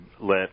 let